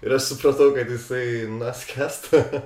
ir aš supratau kad jisai na skęsta